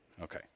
Okay